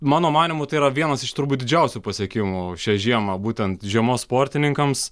mano manymu tai yra vienas iš turbūt didžiausių pasiekimų šią žiemą būtent žiemos sportininkams